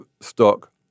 stock